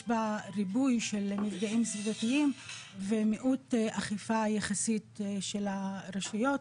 בה ריבוי של מפגעים סביבתיים ומיעוט אכיפה יחסית של הרשויות,